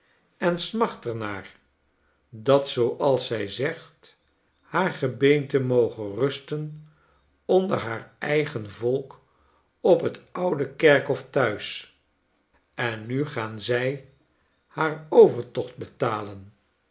en smacht er naar dat zooas zij zegt haar gebeente moge rusten onder haar eigen volk op t oude kerkhof thuis en nu gaan zij haar overtocht betalen